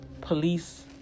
police